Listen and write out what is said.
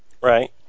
Right